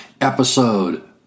episode